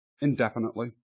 indefinitely